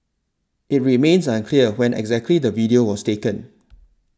it remains unclear when exactly the video was taken